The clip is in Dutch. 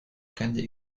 kende